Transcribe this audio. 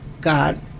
God